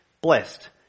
blessed